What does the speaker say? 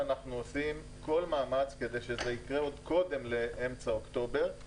אנחנו עושים כל מאמץ כדי שזה יקרה עוד קודם לאמצע אוקטובר.